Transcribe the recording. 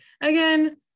Again